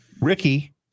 Ricky